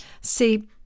see